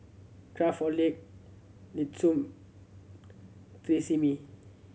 Craftholic Nestum Tresemme